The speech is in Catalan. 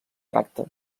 tracte